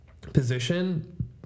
position